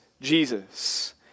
Jesus